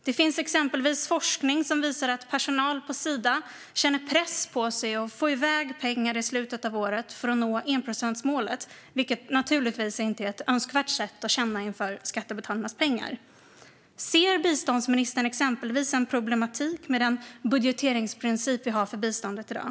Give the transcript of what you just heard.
Det finns exempelvis forskning som visar att personal på Sida känner press på sig att få iväg pengar i slutet av året för att nå enprocentsmålet, vilket naturligtvis inte är ett önskvärt sätt att känna inför skattebetalarnas pengar. Ser biståndsministern exempelvis en problematik med den budgeteringsprincip som vi har för biståndet i dag?